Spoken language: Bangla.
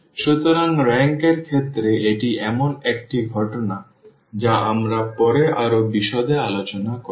সুতরাং রেংক এর ক্ষেত্রে এটি এমন একটি ঘটনা যা আমরা পরে আরও বিশদে আলোচনা করব